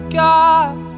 god